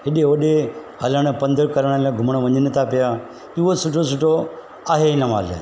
हेॾे होॾे हलणु पंधु करण लाइ घुमणु वञनि था पिया उहो सुठो सुठो आहे हिनमहिल